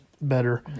better